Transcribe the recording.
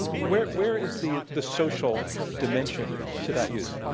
where where is the the social dimension to that use?